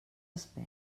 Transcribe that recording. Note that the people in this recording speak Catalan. espés